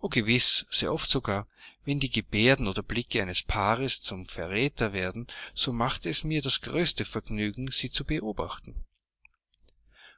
o gewiß sehr oft sogar wenn die gebärden oder blicke eines paares zum verräter werden so macht es mir das größte vergnügen sie zu beobachten